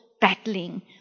battling